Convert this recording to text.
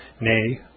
nay